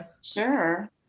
Sure